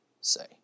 say